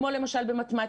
כמו למשל במתמטיקה,